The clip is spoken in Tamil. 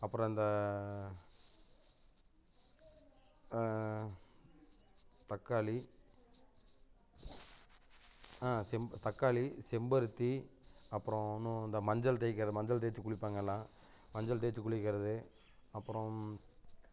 அப்புறம் இந்த தக்காளி செம்ப தக்காளி செம்பருத்தி அப்புறம் இன்னும் இந்த மஞ்சள் தேய்க்கிற மஞ்சள் தேய்ச்சி குளிப்பாங்க எல்லாம் மஞ்சள் தேய்ச்சி குளிக்கிறது அப்புறம்